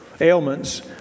ailments